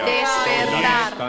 despertar